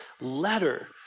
letter